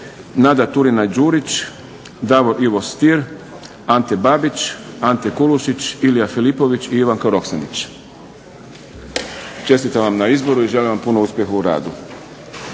Nada Turina Đurić, Davor Ivo Stier, Ante Babić, Ante Kulušić, Ilija Filipović i Ivanka Roksandić. Čestitam vam na izboru i želim vam puno uspjeha u radu.